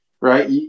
Right